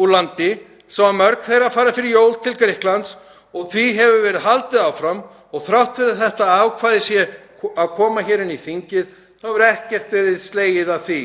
úr landi svo að mörg þeirra fara fyrir jól til Grikklands og því hefur verið haldið áfram. Þrátt fyrir að þetta ákvæði sé að koma inn í þingið hefur ekkert verið slegið af því